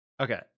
okay